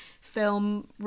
film